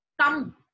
come